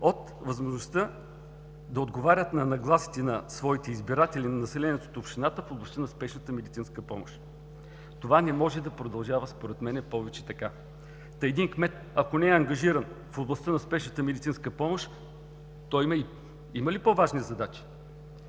от възможността да отговарят на нагласите на своите избиратели, на населението от общината, в областта на спешната медицинска помощ. Това не може да продължава според мен повече така. Та един кмет, ако не е ангажиран в областта на спешната медицинска помощ, той има ли по-важни задачи?!